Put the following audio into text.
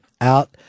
out